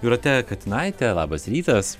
jūrate katinaite labas rytas